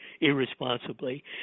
irresponsibly